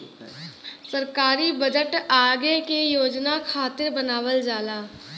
सरकारी बजट आगे के योजना खातिर बनावल जाला